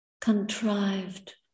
contrived